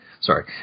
Sorry